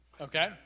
okay